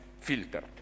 filtered